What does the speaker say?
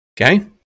Okay